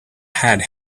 had